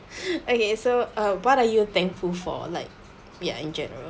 okay so uh what are you thankful for like ya in general